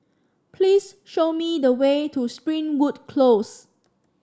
please show me the way to Springwood Close